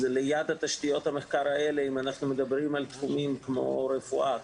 אם מדברים על תחומים כמו רפואה,